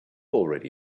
already